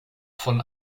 von